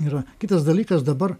ir kitas dalykas dabar